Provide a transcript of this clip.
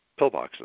pillboxes